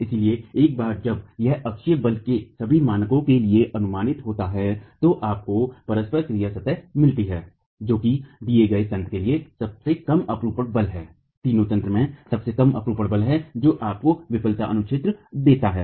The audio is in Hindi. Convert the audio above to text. इसलिए एक बार जब यह अक्षीय बल के सभी मानों के लिए अनुमानित होता है तो आपको परस्पर क्रिया सतह मिलती है जो किसी दिए गए तंत्र के लिए सबसे कम अपरूपण बल है तीनों तंत्रों में सबसे कम अपरूपण बल है जो तब आपको विफलता अनुक्षेत्र देता है